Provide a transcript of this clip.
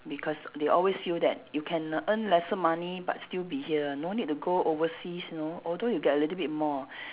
because they always feel that you can earn lesser money but still be here no need to go overseas you know although you get a little bit more